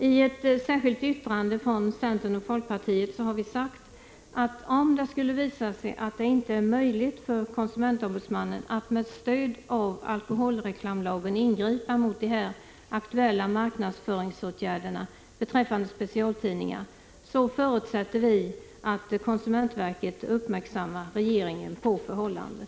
I ett särskilt yttrande från centern och folkpartiet har vi sagt att vi, om det skulle visa sig att det inte är möjligt för konsumentombudsman nen att med stöd av alkoholreklamlagen ingripa mot de här aktuella marknadsföringsåtgärderna beträffande specialtidningar, förutsätter att konsumentverket uppmärksammar regeringen på förhållandet.